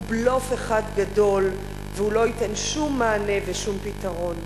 הוא בלוף אחד גדול והוא לא ייתן שום מענה ושום פתרון.